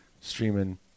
streaming